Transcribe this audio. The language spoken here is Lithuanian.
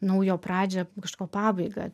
naujo pradžią kažko pabaigą